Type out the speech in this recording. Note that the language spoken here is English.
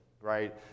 right